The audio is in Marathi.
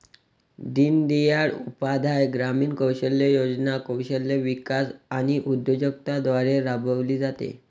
दीनदयाळ उपाध्याय ग्रामीण कौशल्य योजना कौशल्य विकास आणि उद्योजकता द्वारे राबविली जाते